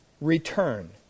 Return